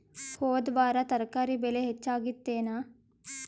ಹೊದ ವಾರ ತರಕಾರಿ ಬೆಲೆ ಹೆಚ್ಚಾಗಿತ್ತೇನ?